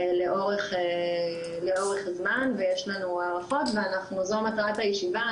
לאורך זמן ויש לנו הערכות וזו מטרת הישיבה,